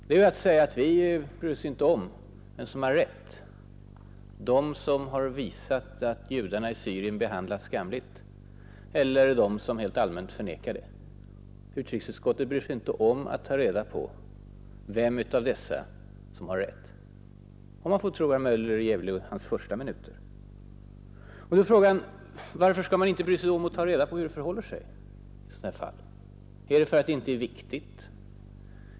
Det är att säga att vi inte bryr oss om vem som har rätt, de som har visat att judarna i Syrien behandlas skamligt eller de som helt allmänt förnekar det. Utrikesutskottet bryr sig alltså inte om att ta reda på vilka av dessa som har rätt, om man får tro vad herr Möller i Gävle sade under de första minuterna av sitt anförande. Då är frågan: Varför skall man inte bry sig om att ta reda på hur det förhåller sig i sådana här fall? Är det för att det inte är viktigt?